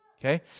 okay